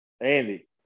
Andy